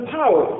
power